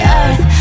earth